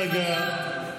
אמרת שזה לוקח שנים.